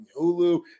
Hulu